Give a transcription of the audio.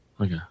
Okay